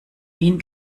wien